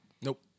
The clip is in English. Nope